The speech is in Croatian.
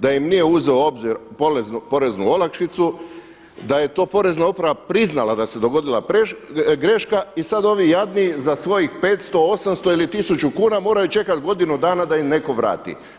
da im nije uzeo u obzir poreznu olakšicu, da je to Porezna uprava priznala da se dogodila greška i sada ovi jadni za svojih 500, 800 ili 1000 kuna moraju čekati godinu dana da im neko vrati.